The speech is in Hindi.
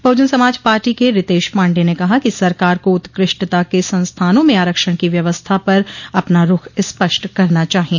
बहुजन समाज पार्टी के रितेश पांडे ने कहा कि सरकार को उत्कृष्टता के संस्थानों में आरक्षण की व्यवस्था पर अपना रुख स्पष्ट करना चाहिए